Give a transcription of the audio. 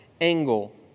angle